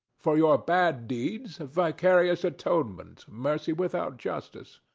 for your bad deeds, vicarious atonement, mercy without justice.